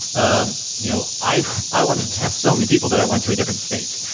um you know i i wanted to test so many people that i went to a different state,